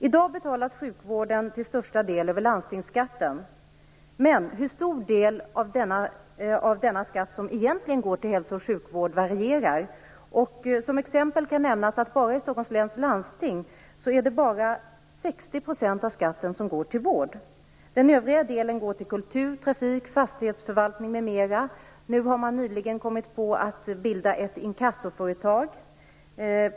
I dag betalas sjukvården till största delen över landstingsskatten. Men hur stor del av denna skatt som egentligen går till hälso och sjukvård varierar. Som exempel kan nämnas att i Stockholms läns landsting är det bara 60 % av skatten som går till vård. Den övriga delen går till kultur, trafik, fastighetsförvaltning m.m. Nyligen kom man på att man skall bilda ett inkassoföretag.